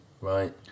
Right